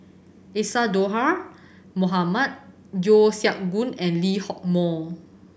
Isadhora Mohamed Yeo Siak Goon and Lee Hock Moh